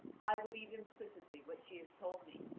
i believe implicitly what she has told me,